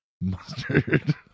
Mustard